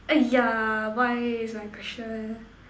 !aiya! why is my question